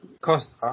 Costa